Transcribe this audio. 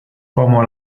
como